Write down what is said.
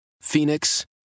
Phoenix